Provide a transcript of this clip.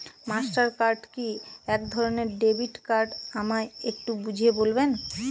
Master card কি একধরণের debit card আমায় একটু বুঝিয়ে বলবেন?